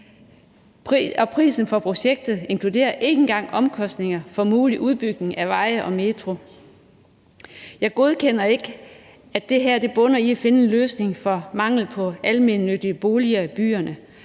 Prisen for projektet inkluderer ikke engang omkostninger for mulig udbygning af veje og metro. Jeg godkender ikke, at det her bunder i at finde en løsning for mangel på almene boliger i byerne,